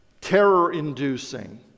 terror-inducing